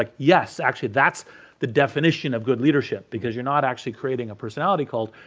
like yes, actually that's the definition of good leadership because you're not actually creating a personality cult,